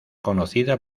conocida